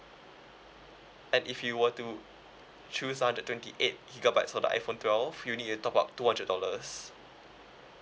and if you were to choose hundred twenty eight gigabyte for the iphone twelve you need to top up two hundred dollars